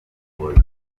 ukuboza